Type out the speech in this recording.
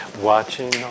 Watching